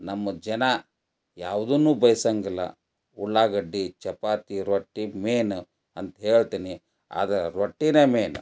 ನಮ್ಮ ಜನ ಯಾವುದನ್ನೂ ಬಯಸಂಗಿಲ್ಲ ಉಳ್ಳಾಗಡ್ಡಿ ಚಪಾತಿ ರೊಟ್ಟಿ ಮೇಯ್ನ ಅಂತ ಹೇಳ್ತೀನಿ ಆದ್ರೆ ರೊಟ್ಟಿನೇ ಮೇಯ್ನ